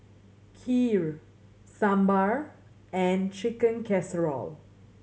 Kheer Sambar and Chicken Casserole